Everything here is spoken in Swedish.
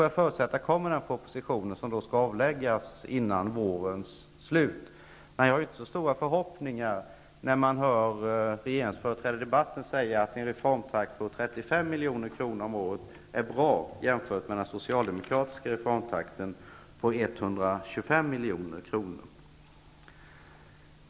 Jag förutsätter att det visar sig i den proposition som alltså skall läggas före vårens slut. Men jag har inte så stora förhoppningar när jag hör regeringens företrädare i debatten säga att en reformtrakt på 35 milj.kr. om året är bra, jämfört med den socialdemokratiska reformtrakten på 125 milj.kr.